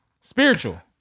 spiritual